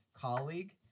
colleague